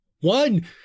One